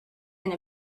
and